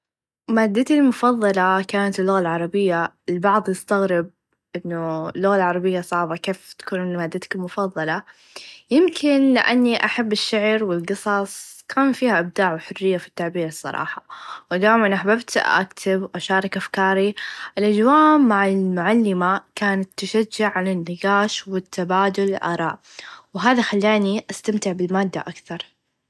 مادتي المفظله كانت اللغه العربيه البعض إستغرب إنو اللغه العربيه صعبه كيف تكون مادتك المفظله يمكن لإني أحب الشعر و القصص كان فيها إبداع و حريه في التعبير الصراحه و دايما أحببت أكتب أشارك أفكاري الأچواء مع المعلمه كانت تشچع على النقاش و تبادل الآراء و هاذا خلاني استمتع بالماده أكثر.